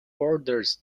borders